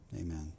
Amen